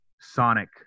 sonic